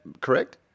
correct